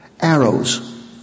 Arrows